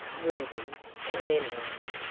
rubies, and emeralds,